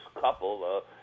couple